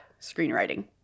screenwriting